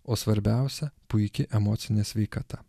o svarbiausia puiki emocinė sveikata